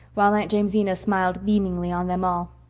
while aunt jamesina smiled beamingly on them all.